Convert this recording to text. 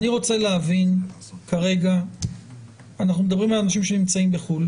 אנחנו מדברים על אנשים שנמצאים בחוץ לארץ,